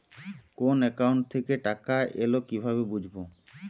কোন একাউন্ট থেকে টাকা এল কিভাবে বুঝব?